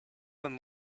than